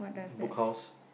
Book House